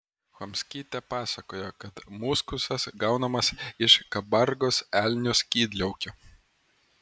chomskytė pasakojo kad muskusas gaunamas iš kabargos elnių skydliaukių